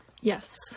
Yes